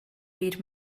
read